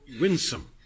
winsome